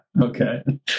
Okay